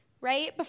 right